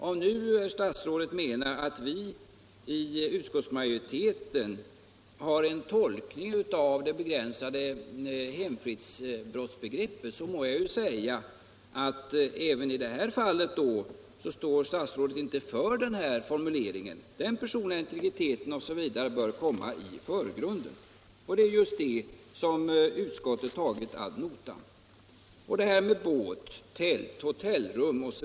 Om nu statsrådet menar att vi i utskottsmajoriteten har en annan tolkning av det begränsade begreppet hemfrid, så må jag säga att statsrådet tydligen inte längre står för formuleringen att den personliga integriteten bör komma i förgrunden. Det är just det som utskottet har tagit ad notam. Beträffande detta med båt, tält, hotellrum etc.